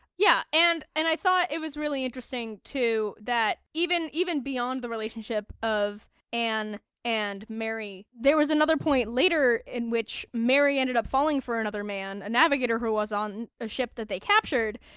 yeah. and and i thought it was really interesting too that even, even beyond the relationship of anne and mary there was another point later in which mary ended up falling for another man, a navigator who was on a ship that they captured,